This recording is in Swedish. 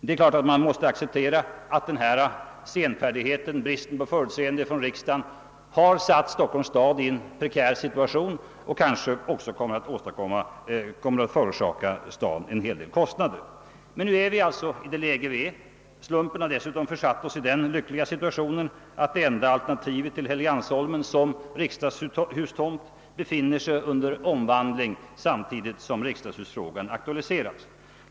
Självfallet måste man acceptera att denna senfärdighet och brist på förutseende från riksdagen har satt Stockholms stad i en prekär situation och kanske också kommer att förorsaka staden en hel del kostnader. Men nu är vi alltså i detta läge. Slumpen har dessutom försatt oss i den lyckliga situationen, att det enda alternativet till Helgeandsholmen som riksdagshustomt befinner sig under omvandling samtidigt som riksdagshusfrågan aktualiserats.